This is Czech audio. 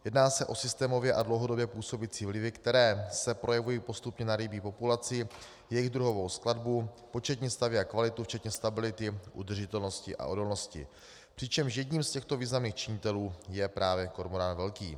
Jedná se o systémově a dlouhodobě působící vlivy, které se projevují postupně na rybí populaci, jejich druhové skladbě, početním stavu a kvalitě včetně stability, udržitelnosti a odolnosti, přičemž jedním z těchto významných činitelů je právě kormorán velký.